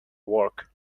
work